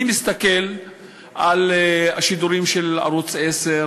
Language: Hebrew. אני מסתכל על השידורים של ערוץ 10,